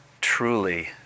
truly